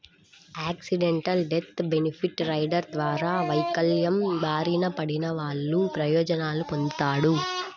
accidental death benefit rider ద్వారా వైకల్యం బారిన పడినవాళ్ళు ప్రయోజనాలు పొందుతాడు